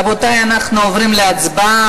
רבותי, אנחנו עוברים להצבעה.